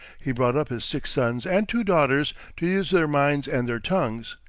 he brought up his six sons and two daughters to use their minds and their tongues.